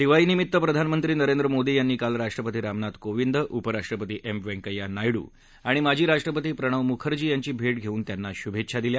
दिवाळीनिमित्त प्रधानमंत्री नरेंद्र मोदी यांनी काल राष्ट्रपती रामनाथ कोविंद उपराष्ट्रपती एम व्यंकय्या नायडू आणि माजी राष्ट्रपती प्रणव मुखर्जी यांची भेट घेऊन त्यांना शुभेच्छा दिल्या